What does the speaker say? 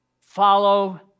follow